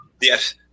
Yes